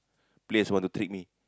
place want to trick me